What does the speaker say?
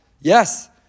yes